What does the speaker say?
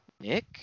nick